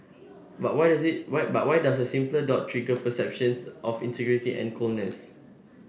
but why does it why but why does a simple dot trigger perceptions of insincerity and coldness